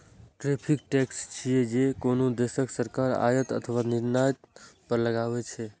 tariff tax छियै, जे कोनो देशक सरकार आयात अथवा निर्यात पर लगबै छै